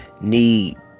need